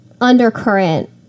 undercurrent